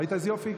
ראית איזה יופי?